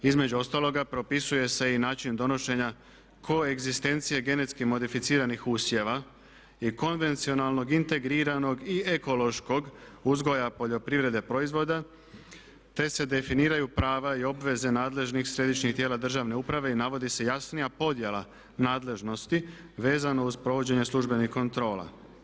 Između ostaloga propisuje se i način donošenja ko egzistencije genetski modificiranih usjeva i konvencionalnog integriranog i ekološkog uzgoja poljoprivrede proizvoda te se definiraju prava i obveze nadležnih središnjih tijela državne uprave i navodi se jasnija podjela nadležnosti vezano uz provođenje službenih kontrola.